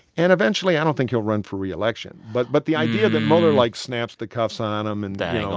and eventually, i don't think he'll run for re-election. but but the idea that mueller, like, snaps the cuffs on him and.